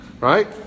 Right